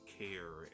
care